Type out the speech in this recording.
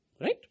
right